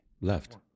Left